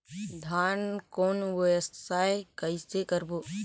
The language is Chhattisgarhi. धान कौन व्यवसाय कइसे करबो?